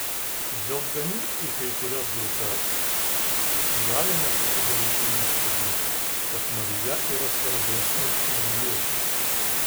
žvelgdami į kai kurias grupes galime susidaryti įspūdį kad marija yra svarbesnė už jėzų